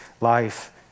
life